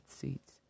seats